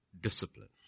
discipline